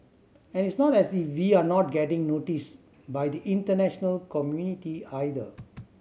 and it's not as if we're not getting noticed by the international community either